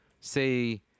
say